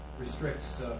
Restricts